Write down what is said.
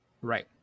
right